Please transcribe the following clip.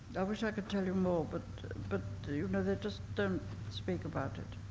i wish i could tell you more, but but you know, they just don't speak about it.